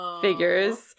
figures